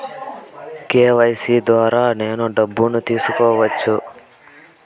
KYC ద్వారా నేను డబ్బును తీసుకోవచ్చా?